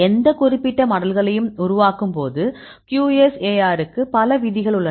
எந்த குறிப்பிட்ட மாடல்களையும் உருவாக்கும்போது QSAR க்கு பல விதிகள் உள்ளன